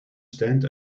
stand